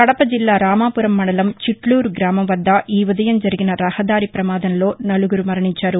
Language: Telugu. కడపజిల్లా రామాపురం మండలం చిట్లూరు గ్రామం వద్ద ఈ ఉదయం జరిగిన రహదారి పమాదంలో నలుగురు మరణించారు